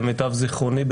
למיטב זכרוני,